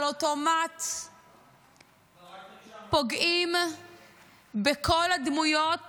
על אוטומט פוגעים בכל הדמויות